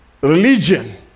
religion